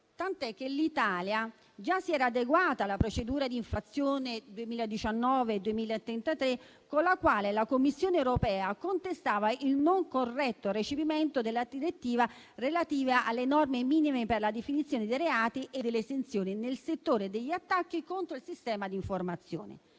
tant'è che l'Italia già si era adeguata alla procedura di infrazione 2019/2033, con la quale la Commissione europea contestava il non corretto recepimento della direttiva relativa alle norme minime per la definizione dei reati e delle esenzioni nel settore degli attacchi contro il sistema di informazione.